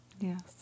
Yes